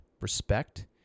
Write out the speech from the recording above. respect